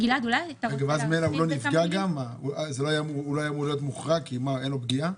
הוא לא היה אמור להיות מוחרג כי אין לו פגיעה?